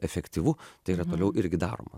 efektyvu tai yra toliau irgi daroma